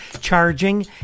charging